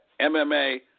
MMA –